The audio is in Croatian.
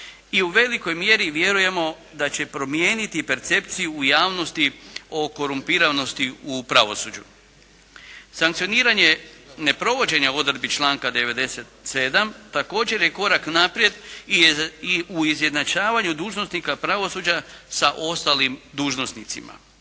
i u velikoj mjeri vjerujemo da će promijeniti percepciju u javnosti o korumpiranosti u pravosuđu. Sankcioniranje neprovođenja odredbi članka 97. također je korak naprijed i u izjednačavanju dužnosnika pravosuđa sa ostalim dužnosnicima.